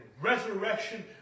resurrection